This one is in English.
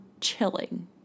chilling